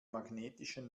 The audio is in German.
magnetischen